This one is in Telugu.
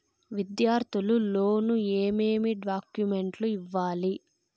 విద్యార్థులు లోను ఏమేమి డాక్యుమెంట్లు ఇవ్వాలి?